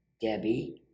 Debbie